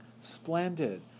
splendid